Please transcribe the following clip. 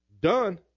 done